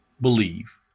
believe